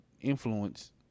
influence